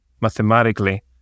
mathematically